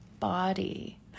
Body